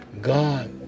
God